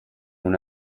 una